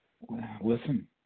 Listen